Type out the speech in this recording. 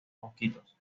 mosquitos